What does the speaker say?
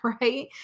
right